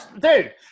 Dude